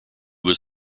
was